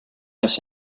miss